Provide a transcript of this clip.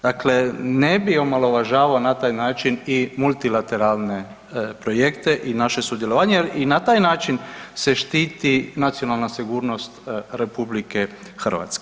Dakle, ne bih omalovažavao na taj način i multilateralne projekte i naše sudjelovanje jer i na taj način se štiti nacionalna sigurnost RH.